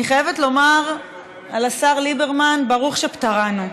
אני חייבת לומר על השר ליברמן, ברוך שפטרנו.